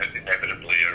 inevitably